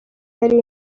yari